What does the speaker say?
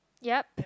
yup